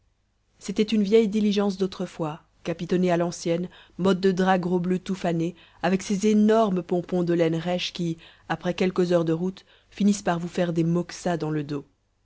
c'était une vieille diligence d'autrefois capitonnée à l'ancienne mode de drap gros bleu tout fané avec ces énormes pompons de laine rêche qui après quelques heures de route finissent par vous faire des moxas dans le dos